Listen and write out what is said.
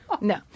No